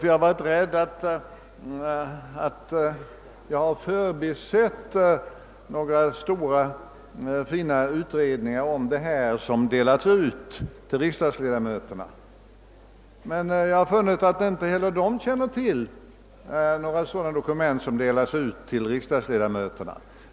Jag har varit rädd att jag förbisett några stora fina utredningar i denna fråga som delats ut till riksdagsledamöterna, och jag har därför frågat en hel del kolleger, men funnit att inte heller de känner till dokument av det slaget.